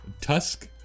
Tusk